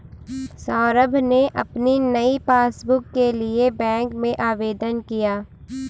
सौरभ ने अपनी नई पासबुक के लिए बैंक में आवेदन किया